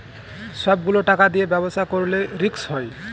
সব গুলো টাকা দিয়ে ব্যবসা করলে রিস্ক হয়